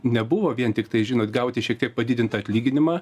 nebuvo vien tiktai žinot gauti šiek tiek padidintą atlyginimą